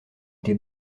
été